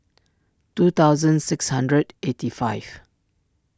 two thousand six hundred eighty five